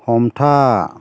हमथा